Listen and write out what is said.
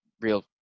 real